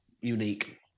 unique